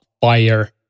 fire